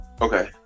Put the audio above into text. Okay